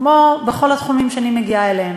כמו בכל התחומים שאני מגיעה אליהם.